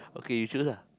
okay you choose lah